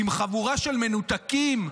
חבורה של מנותקים,